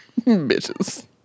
Bitches